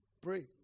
pray